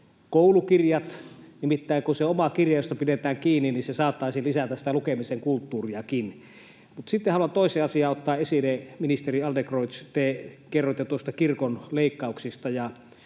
koulukirjat. Nimittäin se oma kirja, josta pidetään kiinni, saattaisi lisätä sitä lukemisen kulttuuriakin. Mutta sitten haluan toisen asian ottaa esille. Ministeri Adlercreutz, te kerroitte kirkon leikkauksista.